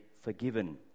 forgiven